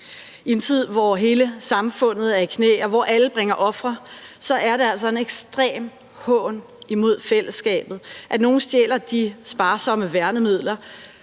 I en tid, hvor hele samfundet er i knæ, og hvor alle bringer ofre, er det altså en ekstrem hån imod fællesskabet, at nogle stjæler de sparsomme værnemidler,